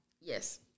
Yes